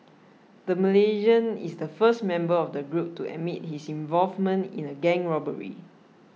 the Malaysian is the first member of a group to admit his involvement in a gang robbery